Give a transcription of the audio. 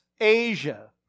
Asia